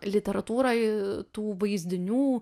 literatūroj tų vaizdinių